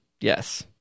yes